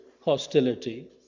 hostility